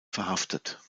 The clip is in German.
verhaftet